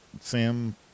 Sam